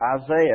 Isaiah